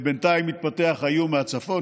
בינתיים התפתח האיום מהצפון,